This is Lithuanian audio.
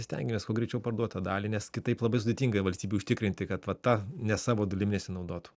stengiamės kuo greičiau parduot tą dalį nes kitaip labai sudėtingai valstybei užtikrinti kad va ta ne savo dalimi nesinaudotų